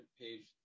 page